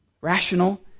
rational